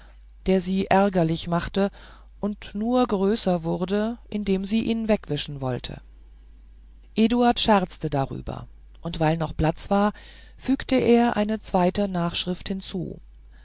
der sie ärgerlich machte und nur größer wurde indem sie ihn wegwischen wollte eduard scherzte darüber und weil noch platz war fügte er eine zweite nachschrift hinzu